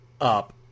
up